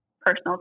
personal